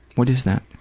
what is that?